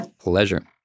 Pleasure